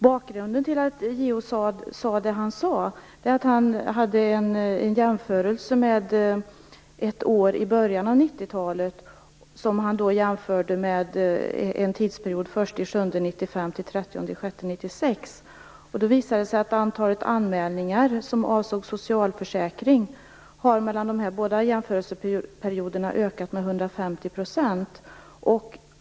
Bakgrunden till vad JO sade var en jämförelse han gjorde mellan ett år i början av 90-talet och tidsperioden den 1 juli 1995-den 30 juni 1996. Det visade sig att antalet anmälningar som avser socialförsäkring har ökat med 150 % mellan de båda jämförelseperioderna.